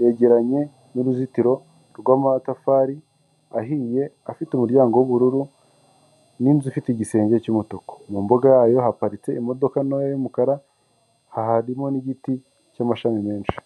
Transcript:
yegeranye n'uruzitiro rw'amatafari ahiye afite umuryango w'ubururu n'inzu ifite igisenge cy'umutuku mu mbuga yayo haparitse imodoka ntoya y'umukara harimo n'igiti cy'amashami menshi.